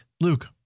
Luke